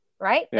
right